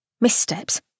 Missteps